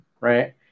Right